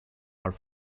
are